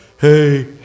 hey